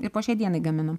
ir po šiai dienai gaminu